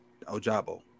Ojabo